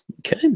Okay